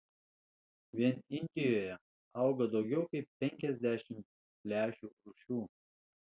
vien indijoje auga daugiau kaip penkiasdešimt lęšių rūšių